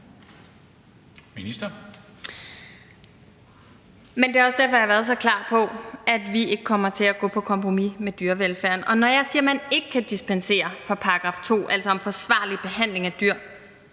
det er også derfor, jeg har været så klar på, at vi ikke kommer til at gå på kompromis med dyrevelfærden. Og når jeg siger, at man ikke kan dispensere fra § 2 om forsvarlig behandling af dyr,